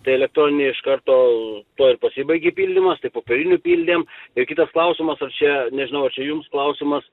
tai elektroninė iš karto tuo ir pasibaigė pildymas tai popierinių pildėm ir kitas klausimas ar čia nežinau ar čia jums klausimas